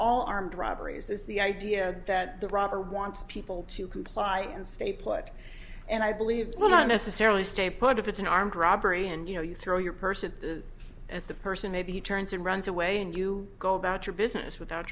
all armed robberies is the idea that the robber wants people to comply and stay put and i believe will not necessarily stay put if it's an armed robbery and you know you throw your person at the person maybe he turns and runs away and you go about your business without